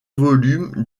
volume